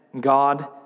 God